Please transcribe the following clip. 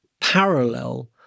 parallel